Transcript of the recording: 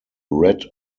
red